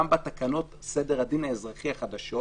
גם בתקנות סדר הדין האזרחי החדשות